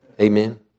Amen